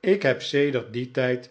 ik heb sedert dien